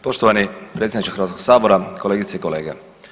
Poštovani predsjedniče Hrvatskog sabora, kolegice i kolege.